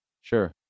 Sure